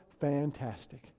fantastic